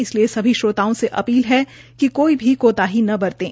इसलिए सभी श्रोताओं से अपील है कि कोई भी कोताही न बरतें